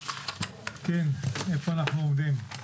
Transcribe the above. איפה אנחנו עומדים?